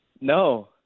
No